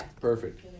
perfect